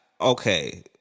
okay